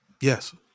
Yes